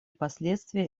последствия